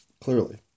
Clearly